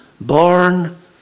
Born